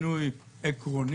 שאלתי אותו, מה לא טוב בחוק נורבגי?